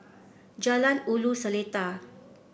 Jalan Ulu Seletar